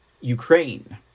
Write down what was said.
Ukraine